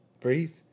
breathe